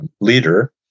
leader